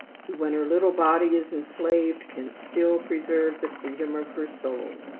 who, when her little body is enslaved, can still preserve the freedom of her soul.